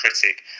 critic